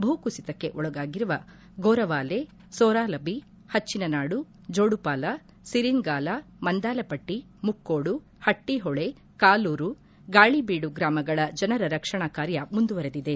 ಭೂಕುಸಿತಕ್ಕೆ ಒಳಗಾಗಿರುವ ಗೋರವಾಲೆ ಸೋರಾಲಬಿ ಪಟ್ಟಿನನಾಡು ಜೋಡುಪಾಲ ಸಿರಿನ್ಗಾಲ ಮಂದಾಲಪಟ್ಟಿ ಮುಕ್ಕೋಡು ಹಟ್ಟಹೊಳೆ ಕಾಲೂರು ಗಾಳಿಬೀಡು ಗ್ರಾಮಗಳ ಜನರ ರಕ್ಷಣಾ ಕಾರ್ಯ ಮುಂದುವರೆದಿದೆ